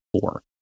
four